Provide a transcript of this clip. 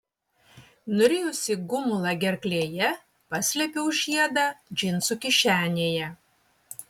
nurijusi gumulą gerklėje paslėpiau žiedą džinsų kišenėje